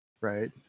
Right